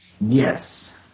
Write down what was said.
yes